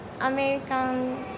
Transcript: American